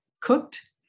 cooked